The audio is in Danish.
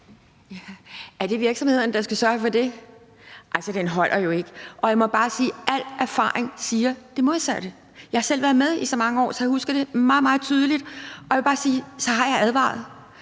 er det virksomhederne, der skal sørge for det? Altså, den holder jo ikke, og jeg må bare sige, at al erfaring siger det modsatte. Jeg har selv været med i så mange år, og jeg husker det meget, meget tydeligt, og jeg vil så bare sige, at jeg har advaret.